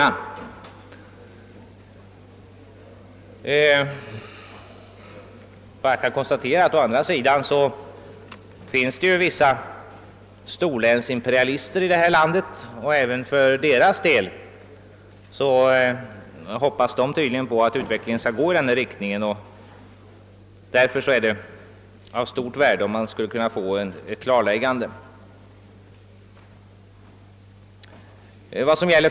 Man kan å andra sidan konstatera att det fortfarande finns vissa »storlänsimperialister» i vårt land, vilka tydligen hoppas på att utvecklingen skall gå i riktning mot en stor länsindelningsreform, och det vore även med hänsyn till detta av stort värde om ett klarläggande kunde göras.